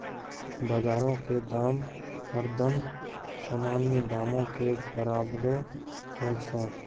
बजारो के दाम हरदम सामान्य दामो के बराबरे होय छै